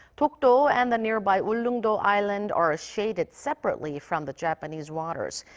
dokdo and the nearby ulleung-do island are shaded separately from the japanese waters.